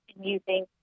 using